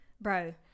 bro